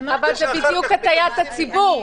אבל זו בדיוק הטעית הציבור.